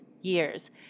years